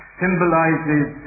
symbolizes